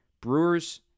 Brewers